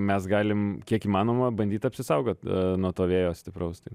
mes galim kiek įmanoma bandyt apsisaugot nuo to vėjo stipraus tai